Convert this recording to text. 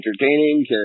entertaining